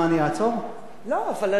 לא, אבל אנחנו נחכה לשר.